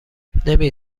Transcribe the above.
نمی